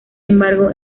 embargo